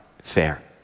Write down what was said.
fair